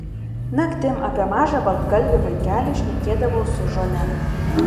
naktim apie mažą baltgalvį vaikelį šnekėdavau su žole